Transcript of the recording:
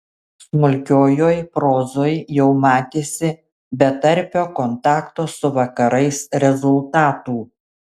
smulkiojoj prozoj jau matėsi betarpio kontakto su vakarais rezultatų